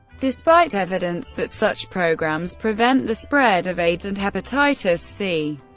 despite evidence that such programs prevent the spread of aids and hepatitis c,